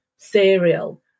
cereal